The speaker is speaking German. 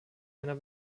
einer